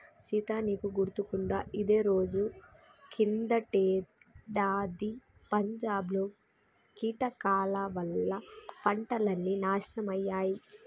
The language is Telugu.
సీత నీకు గుర్తుకుందా ఇదే రోజు కిందటేడాది పంజాబ్ లో కీటకాల వల్ల పంటలన్నీ నాశనమయ్యాయి